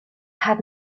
had